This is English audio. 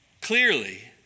Clearly